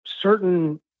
certain